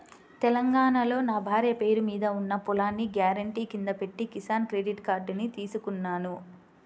తెలంగాణాలో నా భార్య పేరు మీద ఉన్న పొలాన్ని గ్యారెంటీ కింద పెట్టి కిసాన్ క్రెడిట్ కార్డుని తీసుకున్నాను